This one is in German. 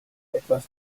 etwas